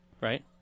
right